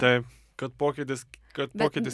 taip kad pokytis kad pokytis